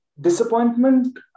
Disappointment